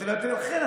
לכן,